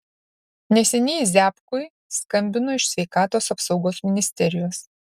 neseniai ziabkui skambino iš sveikatos apsaugos ministerijos